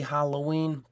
Halloween